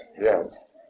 Yes